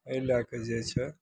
एहि लए कऽ जे छै